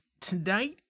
tonight